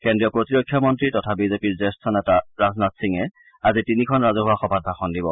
কেন্দ্ৰীয় প্ৰতিৰক্ষা মন্নী তথা বিজেপিৰ জ্যেষ্ঠ নেতা ৰাজনাথ সিঙে আজি তিনিখন ৰাজহুৱা সভাত ভাষণ দিব